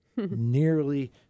Nearly